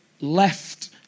left